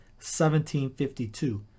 1752